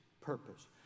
purpose